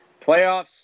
playoffs